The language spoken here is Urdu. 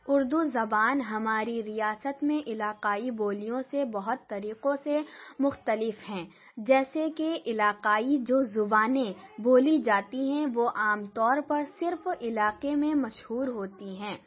اردو زبان ہماری ریاست میں علاقائی بولیوں سے بہت طریقوں سے مختلف ہیں جیسے کہ علاقائی جو زبانیں بولی جاتی ہیں وہ عام طور پر صرف علاقے میں مشہور ہوتی ہیں